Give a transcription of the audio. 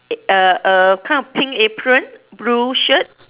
err err kind of pink apron blue shirt